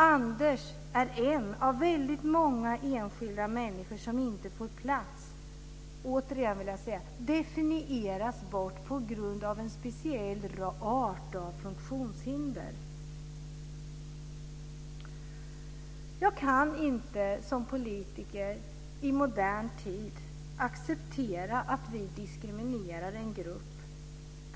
Anders är en av väldigt många enskilda människor som inte får plats och - vill jag återigen säga - definieras bort på grund av en speciell art av funktionshinder. Jag kan inte som politiker i modern tid acceptera att vi diskriminerar en grupp